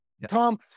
Tom